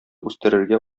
үстерергә